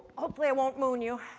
hopefully i won't moon you.